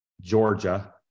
Georgia